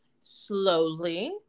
slowly